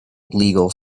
legal